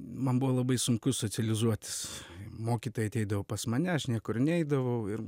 man buvo labai sunku socializuotis mokytojai ateidavo pas mane aš niekur neidavau ir